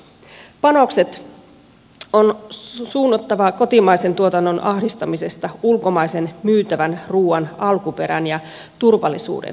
panokset on suunnattava kotimaisen tuotannon ahdistamisesta ulkomaisen myytävän ruuan alkuperän ja turvallisuuden takaamiseen